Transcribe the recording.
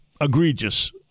egregious